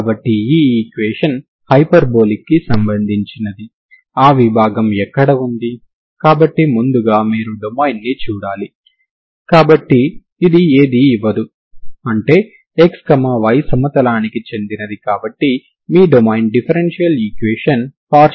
కాబట్టి xct వద్ద పరిష్కారం కావాలంటే మీరు దీన్ని చూడగలరు ఇక్కడ పరిష్కారం కంటిన్యూస్ మరియు డిఫరెన్ష్యబుల్ అవ్వాలి సరేనా